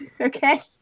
Okay